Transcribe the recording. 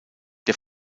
der